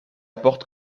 porte